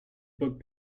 book